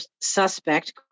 suspect